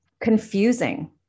confusing